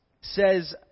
says